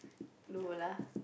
no lah